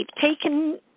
taken